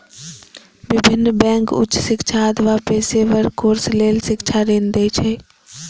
विभिन्न बैंक उच्च शिक्षा अथवा पेशेवर कोर्स लेल शिक्षा ऋण दै छै